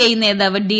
I നേതാവ് D